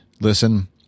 listen